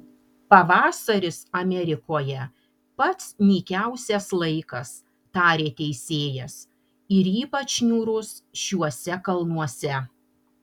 pavasaris amerikoje pats nykiausias laikas tarė teisėjas ir ypač niūrus šiuose kalnuose